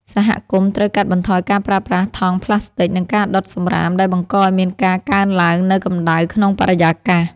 សហគមន៍ត្រូវកាត់បន្ថយការប្រើប្រាស់ថង់ប្លាស្ទិក និងការដុតសម្រាមដែលបង្កឱ្យមានការកើនឡើងនូវកម្តៅក្នុងបរិយាកាស។